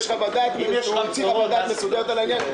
יש חוות דעת מסודרת על העניין.